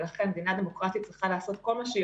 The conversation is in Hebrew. ולכן מדינה דמוקרטית צריכה לעשות כל מה שהיא